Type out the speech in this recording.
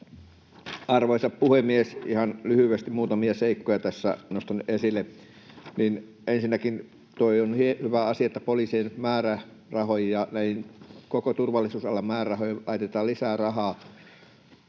Arvoisa puhemies! Ihan lyhyesti muutamia seikkoja tässä nostan esille: Ensinnäkin on hyvä asia, että poliisin määrärahoihin ja näihin koko turvallisuusalan määrärahoihin laitetaan lisää rahaa,